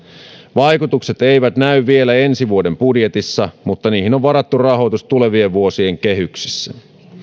vaikutukset eivät näy vielä ensi vuoden budjetissa mutta niihin on varattu rahoitus tulevien vuosien kehyksissä